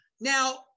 Now